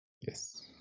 Yes